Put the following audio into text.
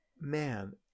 man